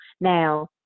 Now